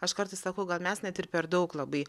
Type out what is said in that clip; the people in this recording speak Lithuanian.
aš kartais sakau gal mes net ir per daug labai